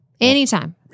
Anytime